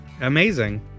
amazing